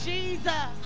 Jesus